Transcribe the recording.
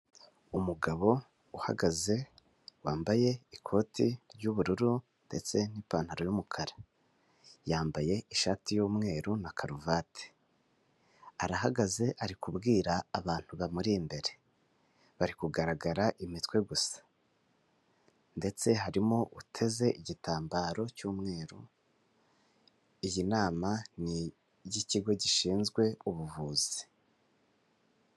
Umugabo uhagaze, wambaye ikoti ry'ubururu ndetse n'ipantaro y'umukara, yambaye ishati y'umweru na karuvati. Arahagaze ari kubwira abantu bamuri imbere bari kugaragara imitwe gusa ndetse harimo uteze igitambaro cy'umweru, iyi nama ni iy'ikigo gishinzwe ubuvuzi.